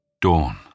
dawn